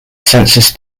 census